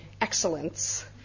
excellence